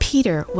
Peter